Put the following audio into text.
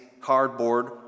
cardboard